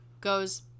goes